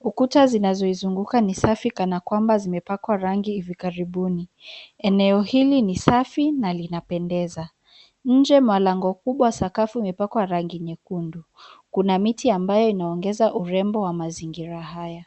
Ukuta zinazo izunguka ni safi kana kwamba zimepakwa rangi hivi karibuni. Eneo hili ni safi na linapendeza. Nje malango kubwa, sakafu imepakwa rangi nyekundu. Kuna miti ambayo inaongeza urembo wa mazingira haya.